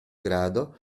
grado